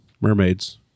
mermaids